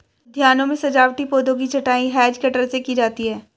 उद्यानों में सजावटी पौधों की छँटाई हैज कटर से की जाती है